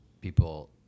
people